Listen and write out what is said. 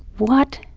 what